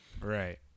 Right